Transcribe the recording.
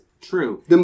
true